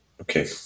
Okay